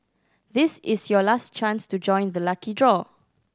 this is your last chance to join the lucky draw